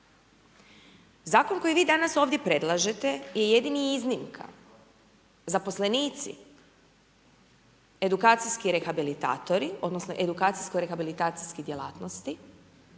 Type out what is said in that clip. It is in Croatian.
Zakon koji vi danas ovdje predlažete je jedina iznimka, zaposlenici, edukacijski rehabilitatori, odnosno, edukacijsko rehabilitacijske djelatnosti,